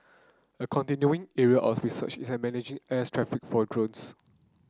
a continuing area of research is an managing airs traffic for drones